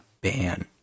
ban